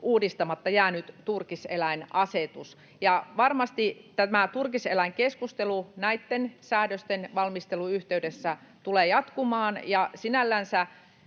uudistamatta jäänyt turkiseläinasetus. Varmasti tämä turkiseläinkeskustelu näitten säädösten valmistelun yhteydessä tulee jatkumaan. Sinällänsä